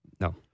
No